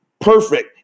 perfect